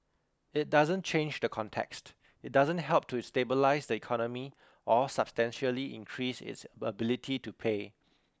it doesn't change the context it doesn't help to stabilise the economy or substantially increase its ability to pay